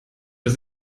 das